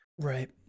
Right